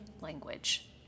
language